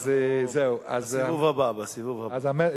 בסיבוב הבא, בסיבוב הבא.